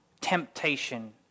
temptation